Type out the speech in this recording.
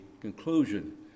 conclusion